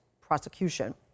prosecution